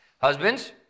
Husbands